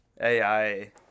AI